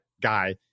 guy